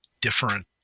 different